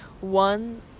one